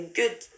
good